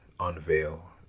unveil